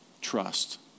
trust